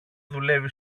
δουλεύει